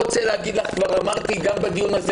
כבר אמרתי גם בדיון הזה,